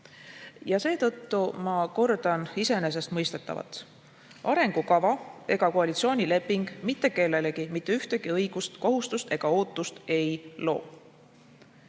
Seetõttu ma kordan iseenesestmõistetavat: ei arengukava ega koalitsioonileping loo mitte kellelegi mitte ühtegi õigust, kohustust ega ootust.